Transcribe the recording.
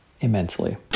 immensely